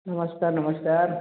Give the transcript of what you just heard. नमस्कार नमस्कार